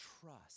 trust